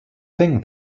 thing